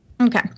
okay